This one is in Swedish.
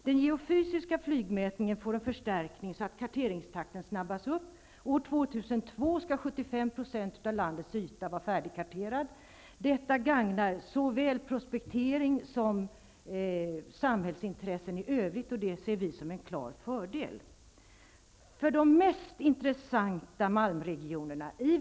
Den geofysiska flygmätningen får en förstärkning så att karteringstakten snabbas upp. År 2002 skall 75 % av landets yta vara färdigkarterad. Detta gagnar såväl prospektering som samhällsintressen i övrigt, vilket vi ser som en klar fördel.